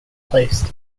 placed